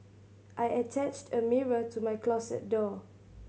I attached a mirror to my closet door